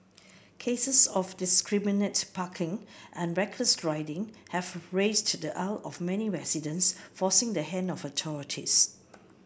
cases of indiscriminate parking and reckless riding have raised the ire of many residents forcing the hand of authorities